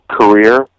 career